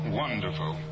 wonderful